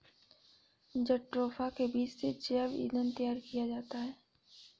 jatropha के बीज से जैव ईंधन तैयार किया जाता है